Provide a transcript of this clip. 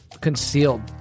concealed